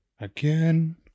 Again